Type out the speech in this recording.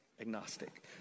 agnostic